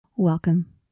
Welcome